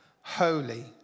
holy